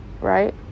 right